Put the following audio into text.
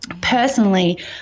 personally